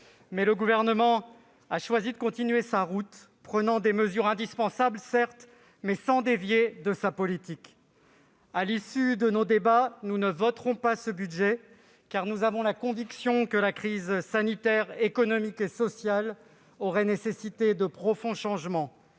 mais le Gouvernement a choisi de continuer sa route. Certes, il prend des mesures indispensables, mais sans dévier de sa politique. À l'issue de nos débats, nous ne voterons pas ce budget, car nous avons la conviction que la crise sanitaire, économique et sociale aurait nécessité de profonds changements.